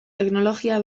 teknologia